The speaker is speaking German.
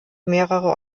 mehrere